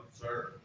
sir